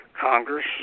Congress